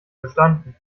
bestanden